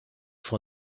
vor